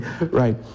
right